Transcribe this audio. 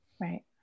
Right